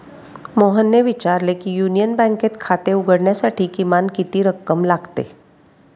मोहनने विचारले की युनियन बँकेत खाते उघडण्यासाठी किमान किती रक्कम लागते?